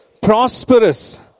prosperous